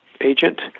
agent